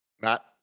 Matt